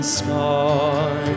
sky